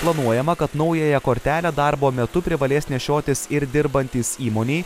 planuojama kad naująją kortelę darbo metu privalės nešiotis ir dirbantys įmonėj